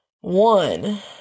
One